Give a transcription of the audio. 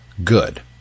Good